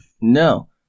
No